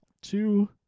Two